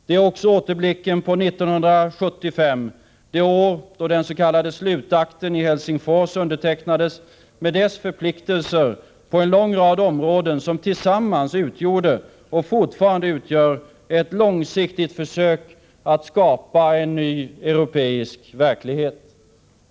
Det är också återblicken på 1975, det år då den s.k. slutakten i Helsingfors undertecknades med dess förpliktelser på en lång rad områden, som tillsammans utgjorde och fortfarande utgör ett långsiktigt försök att skapa en ny europeisk verklighet.